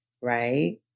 right